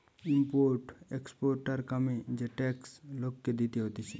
import exporter কামে যে tax লোককে দিতে হতিছে